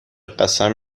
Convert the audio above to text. قسم